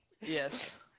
Yes